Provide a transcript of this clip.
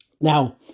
Now